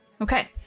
Okay